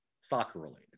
Soccer-related